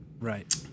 Right